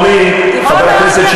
אדוני חבר הכנסת,